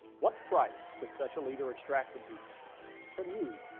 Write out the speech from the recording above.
what price could such a leader extract from people from you even?